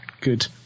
good